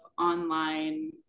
online